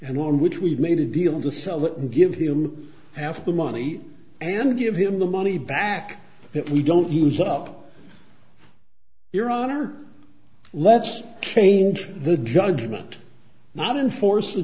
one which we made a deal to sell it and give him half the money and give him the money back if we don't use up your honor let's change the judgment not enforce